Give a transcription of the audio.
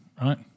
right